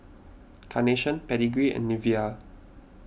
Carnation Pedigree and Nivea